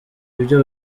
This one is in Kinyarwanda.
ibyo